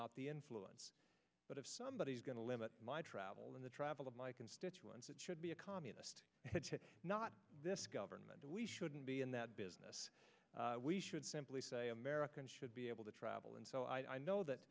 not the influence but if somebody is going to limit my travel in the travel of my constituents it should be a communist not this government and we shouldn't be in that business we should simply say americans should be able to travel and so i know